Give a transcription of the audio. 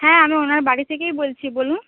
হ্যাঁ আমি ওনার বাড়ি থেকেই বলছি বলুন